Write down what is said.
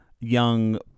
young